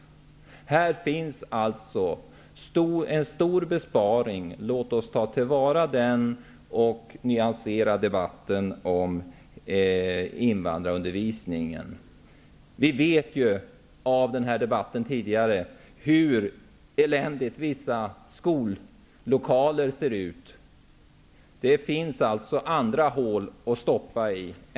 Här finns alltså en stor besparing att göra. Låt oss ta till vara den möjligheten och nyansera debatten om invandrarundervisningen. Vi vet ju av den tidigare debatten hur eländiga vissa skollokaler ser ut. Det finns alltså andra hål att stoppa i.